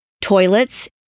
toilets